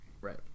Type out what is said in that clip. right